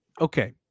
Okay